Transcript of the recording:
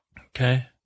okay